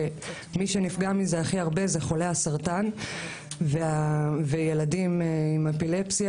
ומי שנפגע מזה הכי הרבה זה חולי הסרטן וילדים עם אפילפסיה